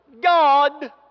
God